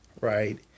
Right